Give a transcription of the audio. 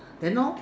then how